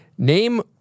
Name